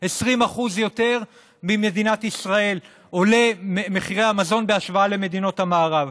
20% יותר עולים מחירי המזון במדינת ישראל בהשוואה למדינות המערב.